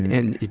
and,